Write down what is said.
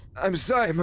i'm sorry, i mean